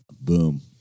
boom